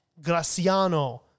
Graciano